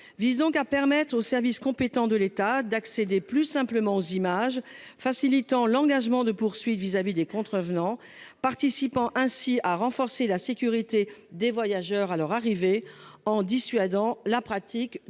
visant à permettre aux services compétents de l'État d'accéder plus simplement aux images facilitant l'engagement de poursuites vis-à-vis des contrevenants, participant ainsi à renforcer la sécurité des voyageurs à leur arrivée en dissuadant la pratique du racolage